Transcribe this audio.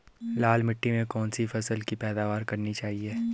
लाल मिट्टी में कौन सी फसल की पैदावार करनी चाहिए?